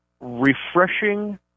refreshing